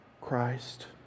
Christ